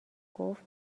گفت